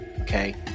Okay